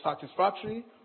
satisfactory